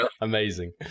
Amazing